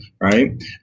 Right